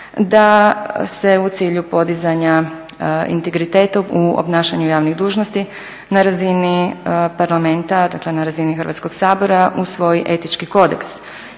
da se u cilju podizanja integriteta u obnašanju javnih dužnosti na razini Parlamenta, dakle na razini Hrvatskog sabora usvoji Etički kodeks.